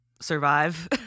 survive